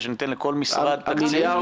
שזה סקירת מנכ"ל משרד הרווחה על הסיוע לקשישים,